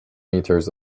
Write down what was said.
meters